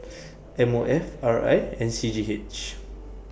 M O F R I and C G H